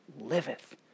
liveth